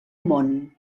món